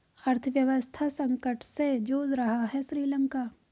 अर्थव्यवस्था संकट से जूझ रहा हैं श्रीलंका